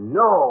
no